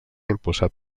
impulsat